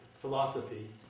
philosophy